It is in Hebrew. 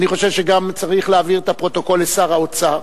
אני חושב שגם צריך להעביר את הפרוטוקול לשר האוצר,